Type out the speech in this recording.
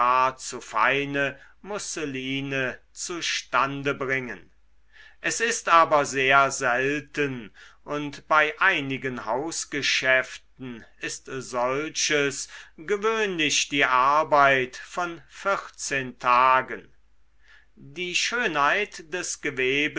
zu feine musseline zustande bringen es ist aber sehr selten und bei einigen hausgeschäften ist solches gewöhnlich die arbeit von vierzehn tagen die schönheit des gewebes